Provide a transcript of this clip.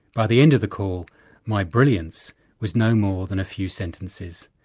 by the end of the call my brilliance was no more than a few sentences,